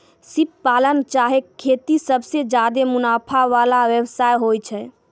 सिप पालन चाहे खेती सबसें ज्यादे मुनाफा वला व्यवसाय होय छै